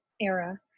era